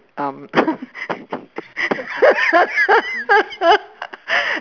um